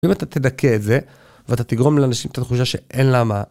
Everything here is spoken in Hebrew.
אם אתה תדכה את זה ואתה תגרום לאנשים את התחושה שאין לה מה.